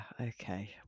Okay